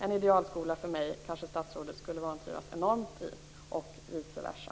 En idealskola för mig skulle kanske statsrådet vantrivas enormt i och vice versa.